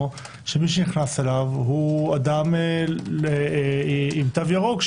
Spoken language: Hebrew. שמי שנכנס אליו הוא אדם עם תו ירוק,